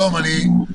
תודה.